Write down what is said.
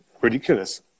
ridiculous